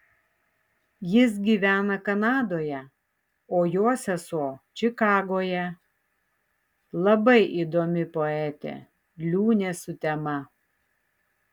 jis gyvena kanadoje o jo sesuo čikagoje labai įdomi poetė liūnė sutema